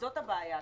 זאת הבעיה,